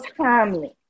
timely